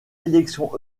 élections